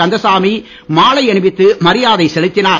கந்தசாமி மாலை அணிவித்து மரியாதை செலுத்தினார்